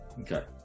Okay